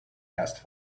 asked